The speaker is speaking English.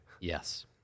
Yes